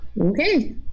okay